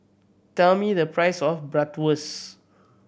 tell me the price of Bratwurst